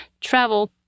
travel